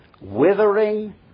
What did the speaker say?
withering